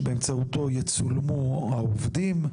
שבאמצעותו יצולמו העובדים,